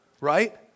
Right